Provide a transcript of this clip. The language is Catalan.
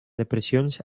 depressions